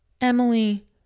Emily